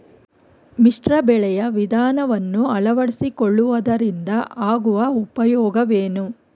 ಮಿಶ್ರ ಬೆಳೆಯ ವಿಧಾನವನ್ನು ಆಳವಡಿಸಿಕೊಳ್ಳುವುದರಿಂದ ಆಗುವ ಉಪಯೋಗವೇನು?